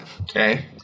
Okay